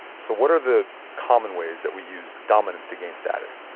so what are the common ways that we use dominance to gain status?